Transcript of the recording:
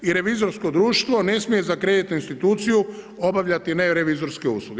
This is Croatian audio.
I revizorsko društvo ne smije za kreditnu instituciju obavljati nerevizorske usluge.